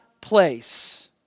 place